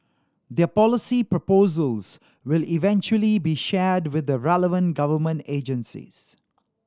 their policy proposals will eventually be shared with the relevant government agencies